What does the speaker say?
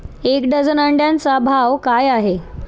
एक डझन अंड्यांचा भाव काय आहे?